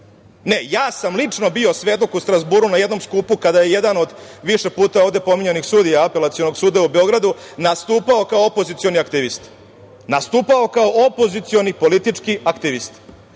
Ne, ja sam lično bio svedok u Strazburu na jednom skupu kada je jedan od više puta ovde pominjanih sudija Apelacionog suda u Beogradu nastupao kao opozicioni aktivista. Nastupao kao opozicioni politički aktivista. Sada